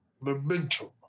momentum